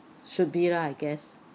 should be lah I guess